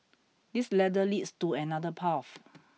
this ladder leads to another path